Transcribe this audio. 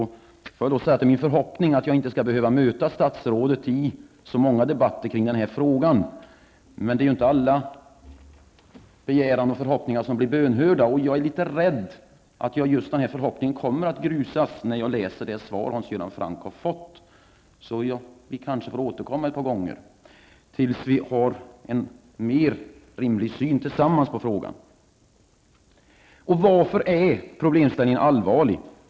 Jag sätter min förhoppning till att jag inte skall behöva möta statsrådet i så många debatter kring denna fråga. Men man får inte varje begäran bönhörd, och jag är rädd att just denna förhoppning kommer att grusas när jag läser det svar Hans Göran Franck har fått. Vi kanske får återkomma ett par gånger tills vi har en mer rimlig syn tillsammans på frågan. Varför är problemställningen allvarlig?